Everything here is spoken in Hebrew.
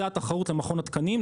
זו התחרות למכון התקנים,